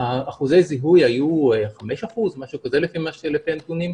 אחוזי זיהוי היו 5% או משהו כזה, לפי הנתונים.